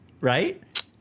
right